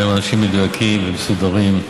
והם אנשים מדויקים ומסודרים.